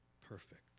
perfect